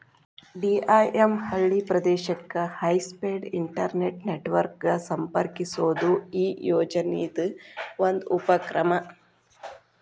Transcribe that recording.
DIM ಹಳ್ಳಿ ಪ್ರದೇಶಕ್ಕೆ high speed internet network ಗ ಸಂಪರ್ಕಿಸೋದು ಈ ಯೋಜನಿದ್ ಒಂದು ಉಪಕ್ರಮ